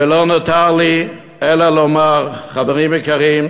ולא נותר לי אלא לומר, חברים יקרים: